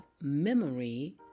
memory